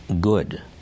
good